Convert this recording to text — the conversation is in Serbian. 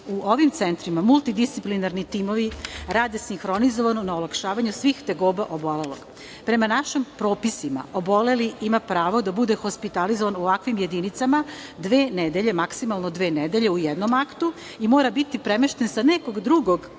u ovim centrima multidisciplinarni timovi rade sinhronizovano na olakšavanju svih tegoba obolelog. Prema našim propisima, oboleli ima pravo da bude hospitalizovan u ovakvim jedinicama maksimalno dve nedelje u jednom aktu i mora biti premešten sa nekog drugog